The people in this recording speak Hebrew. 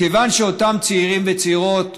מכיוון שאותם צעירים וצעירות